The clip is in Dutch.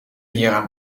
hieraan